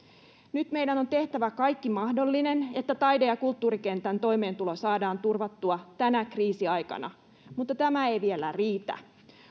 nyt meidän on tehtävä kaikki mahdollinen että taide ja kulttuurikentän toimeentulo saadaan turvattua tänä kriisiaikana mutta tämä ei vielä riitä